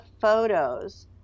photos